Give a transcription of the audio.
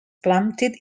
plummeted